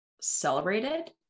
celebrated